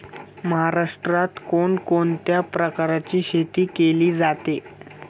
महाराष्ट्रात कोण कोणत्या प्रकारची शेती केली जाते?